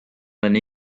olen